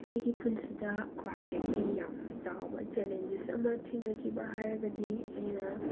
ꯑꯩꯒꯤ ꯄꯨꯟꯁꯤꯗ ꯈ꯭ꯋꯥꯏꯗꯒꯤ ꯌꯥꯝꯅ ꯆꯥꯎꯕ ꯆꯦꯂꯦꯟꯖꯦꯁ ꯑꯃ ꯊꯦꯡꯅꯈꯤꯕ ꯍꯥꯏꯔꯒꯗꯤ ꯑꯩꯅ